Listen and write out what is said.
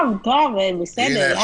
טוב, בסדר, יעקב.